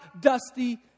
dusty